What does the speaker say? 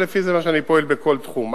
ולפי זה אני פועל בכל תחום,